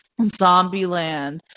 Zombieland